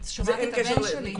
את שומעת את הבן שלי.